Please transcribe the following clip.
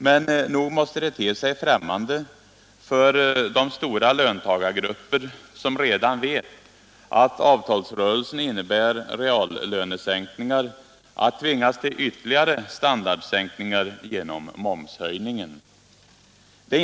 Men nog måste det te sig främmande för de stora löntagargrupper som redan vet att avtalsrörelsen innebär reallönesänkningar att tvingas till ytterligare standardsänkningar genom momshöjningen.